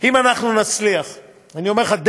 אם אנחנו נצליח אני אומר לך,